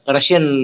Russian